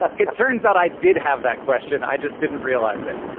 it turns out i did have that question. i just didn't realize it.